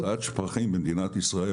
הוצאת שפכים במדינת ישראל,